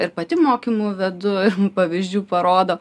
ir pati mokymų vedu pavyzdžių parodo